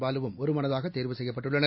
பாலுவும் ஒருமனதாக தேர்வு செய்யப்பட்டுள்ளனர்